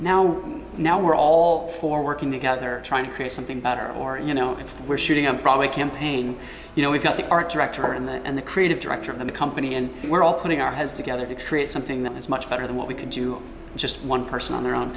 now now we're all for working together trying to create something better or you know if we're shooting i'm probably campaign you know we've got the art director and the creative director of the company and we're all putting our heads together to create something that is much better than what we could do just one person on their own